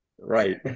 Right